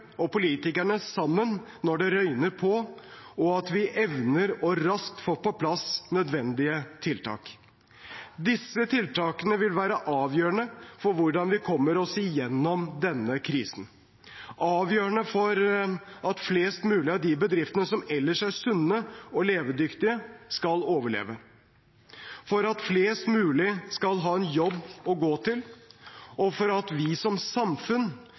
og politikerne sammen når det røyner på, og at vi evner raskt å få på plass nødvendige tiltak. Disse tiltakene vil være avgjørende for hvordan vi kommer oss igjennom denne krisen – avgjørende for at flest mulig av de bedriftene som ellers er sunne og levedyktige, skal overleve, for at flest mulig skal ha en jobb å gå til, og for at vi som samfunn